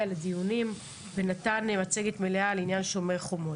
לדיונים ונתן מצגת מלאה בעניין "שומר החומות".